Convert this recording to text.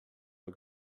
are